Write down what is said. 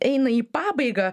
eina į pabaigą